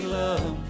love